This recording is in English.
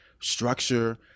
structure